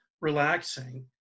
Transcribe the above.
relaxing